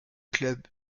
club